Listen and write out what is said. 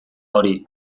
hori